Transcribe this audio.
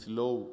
low